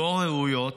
לא ראויות,